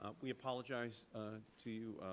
ah we apologize to you